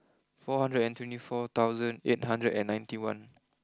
four hundred and twenty four thousand eight hundred and ninety one